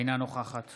אינה נוכחת